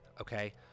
Okay